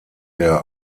der